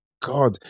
God